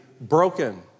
broken